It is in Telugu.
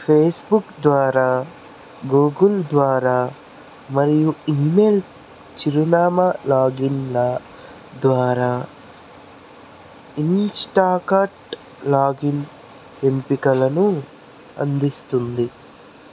ఫేస్బుక్ ద్వారా గూగుల్ ద్వారా మరియు ఇమెయిల్ చిరునామా లాగిన్ల ద్వారా ఇన్స్టాకార్ట్ లాగిన్ ఎంపికలను అందిస్తుంది